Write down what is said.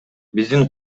биздин